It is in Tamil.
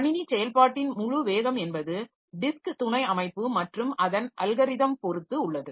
கணினி செயல்பாட்டின் முழு வேகம் என்பது டிஸ்க் துணை அமைப்பு மற்றும் அதன் அல்கரிதம் பாெறுத்து உள்ளது